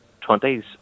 twenties